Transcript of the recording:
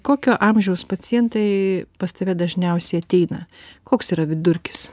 kokio amžiaus pacientai pas tave dažniausiai ateina koks yra vidurkis